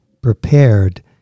prepared